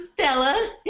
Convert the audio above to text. Stella